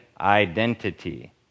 identity